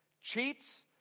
cheats